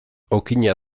okina